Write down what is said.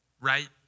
right